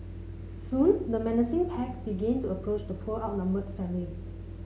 soon the menacing pack began to approach the poor outnumbered family